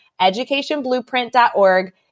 educationblueprint.org